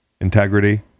integrity